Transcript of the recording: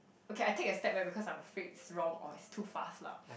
ok I take a step back because I'm afraid it's wrong or it's too fast lah